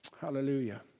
Hallelujah